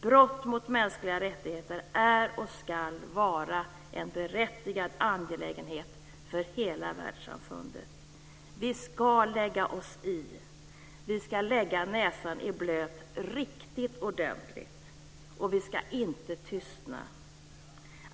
Brott mot mänskliga rättigheter är och ska vara en berättigad angelägenhet för hela världssamfundet. Vi ska lägga oss i, vi ska lägga näsan i blöt riktigt ordentligt och vi ska inte tystna.